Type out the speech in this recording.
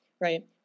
right